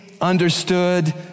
understood